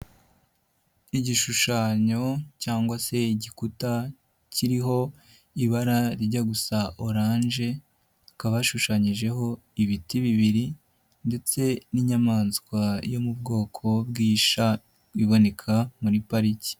Igishushanyo cyangwa se igikuta kiriho ibara rijya gusa oranje, hakaba hashushanyijeho ibiti bibiri ndetse n'inyamaswa yo mu bwoko bw'ishya iboneka muri pariki.